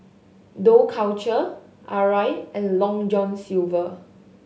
Dough Culture Arai and Long John Silver